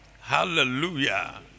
Hallelujah